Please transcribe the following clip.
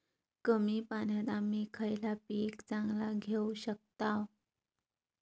कमी पाण्यात आम्ही खयला पीक चांगला घेव शकताव?